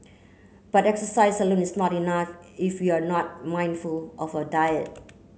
but exercise alone is not enough if we are not mindful of our diet